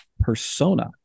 persona